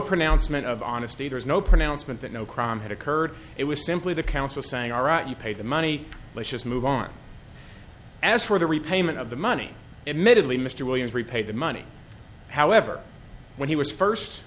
pronouncement of honesty there's no pronouncement that no crime had occurred it was simply the council saying all right you pay the money let's just move on as for the repayment of the money admittedly mr williams repay the money however when he was first